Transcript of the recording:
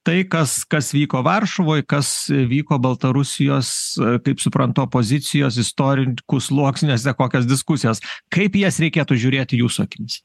tai kas kas vyko varšuvoj kas vyko baltarusijos kaip suprantu opozicijos istorikų sluoksniuose kokios diskusijos kaip jas reikėtų žiūrėti jūsų akimis